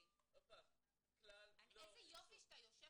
עוד פעם, כלל לא ניגשו -- איזה יופי שאתה יושב